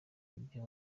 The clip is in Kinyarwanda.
ibyo